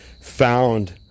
found